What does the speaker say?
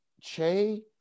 Che